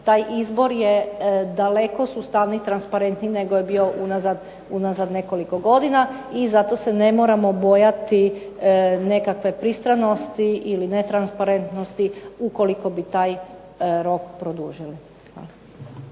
taj izbor je daleko sustavniji i transparentniji nego je bio unazad nekoliko godina. I zato se ne moramo bojati nekakve pristranosti ili netransparentnosti ukoliko bi taj rok produžili.